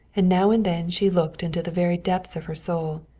and now and then she looked into the very depths of her soul,